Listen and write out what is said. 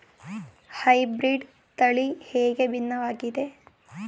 Hybrid ತಳಿ ಹೇಗೆ ಭಿನ್ನವಾಗಿದೆ?